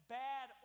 bad